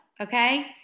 okay